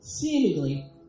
seemingly